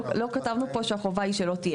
לא כתבנו פה שהחובה לא תהיה.